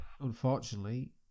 Unfortunately